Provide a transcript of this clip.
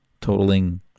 totaling